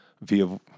via